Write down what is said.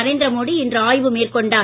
நரேந்திர மோடி இன்று ஆய்வு மேற்கொண்டார்